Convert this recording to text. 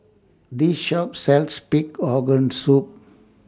This Shop sells Pig Organ Soup